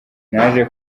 naje